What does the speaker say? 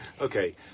Okay